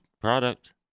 product